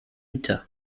utah